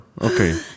okay